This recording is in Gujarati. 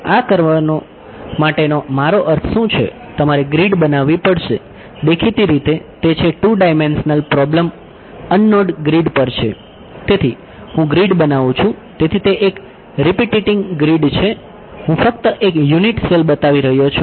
તેથી આ કરવા માટેનો મારો અર્થ શું છે તમારે ગ્રીડ બતાવી રહ્યો છું